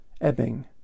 ebbing